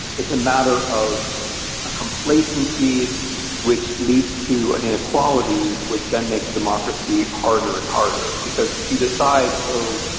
it's a matter of a complacency which leads to an inequality, which then makes democracy harder and harder. because if you decide, oh,